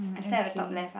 I start at the top left ah